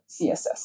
CSS